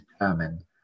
determine